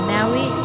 Mary